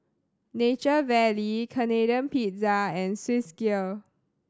Nature Valley Canadian Pizza and Swissgear